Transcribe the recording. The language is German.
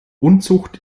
unzucht